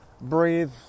breathe